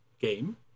game